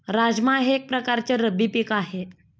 राजमा हे एक प्रकारचे रब्बी पीक आहे